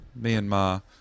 Myanmar